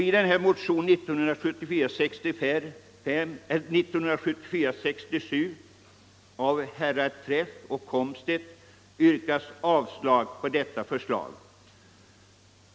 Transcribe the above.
I motionen 1967 av herrar Träff och Komstedt yrkas avslag på detta förslag.